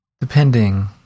depending